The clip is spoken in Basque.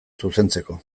zuzentzeko